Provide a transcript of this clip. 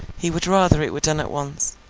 he would rather it were done at once,